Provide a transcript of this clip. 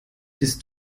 bist